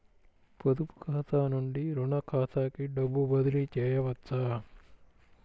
పొదుపు ఖాతా నుండీ, రుణ ఖాతాకి డబ్బు బదిలీ చేయవచ్చా?